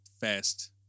fast